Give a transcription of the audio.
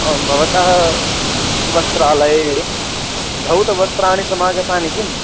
आं भवतः वस्त्रालये धौतवस्त्राणि समागतानि किं